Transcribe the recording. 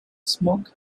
smoke